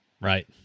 Right